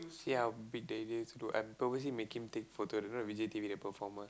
see how big I'm purposely making him take photo don't know the performer